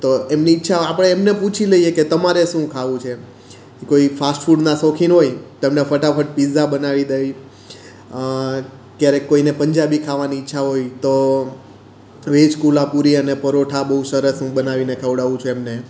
તો એમની ઇચ્છા આપણે એમને પૂછી લઈએ કે તમારે શું ખાવું છે કોઈ ફાસ્ટફૂડના શોખીન હોય તો એમને ફટાફટ પિઝ્ઝા બનાવી દઈએ ક્યારેક કોઈને પંજાબી ખાવાની ઇચ્છા હોય તો વેજ કોલ્હાપુરી અને પરોઠા બહુ સરસ હું બનાવીને ખવડાવું છું એમને